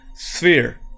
Sphere